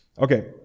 okay